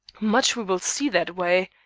much we will see that way.